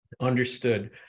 Understood